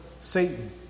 Satan